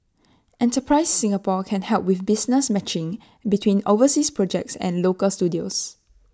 enterprise Singapore can help with business matching between overseas projects and local studios